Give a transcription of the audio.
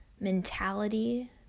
mentality